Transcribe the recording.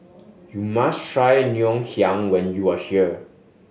you must try Ngoh Hiang when you are here